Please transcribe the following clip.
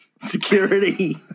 security